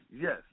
Yes